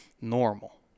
normal